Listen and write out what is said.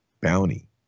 bounty